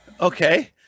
okay